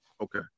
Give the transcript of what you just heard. Okay